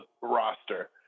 roster